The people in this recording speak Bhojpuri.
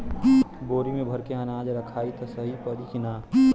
बोरी में भर के अनाज रखायी त सही परी की ना?